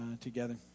together